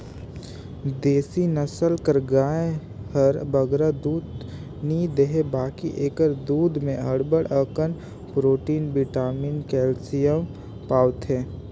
देसी नसल कर गाय हर बगरा दूद दो नी देहे बकि एकर दूद में अब्बड़ अकन प्रोटिन, बिटामिन, केल्सियम पवाथे